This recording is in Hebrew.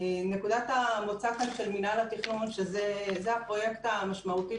נקודת המוצא של מינהל התכנון היא שזה הפרויקט המשמעותי